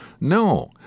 No